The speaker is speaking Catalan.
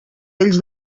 ells